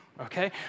Okay